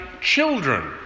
children